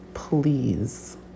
Please